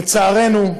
לצערנו,